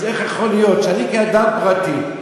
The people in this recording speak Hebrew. אז איך יכול להיות שאני, כאדם פרטי,